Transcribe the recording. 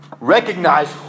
recognize